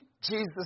Jesus